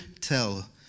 tell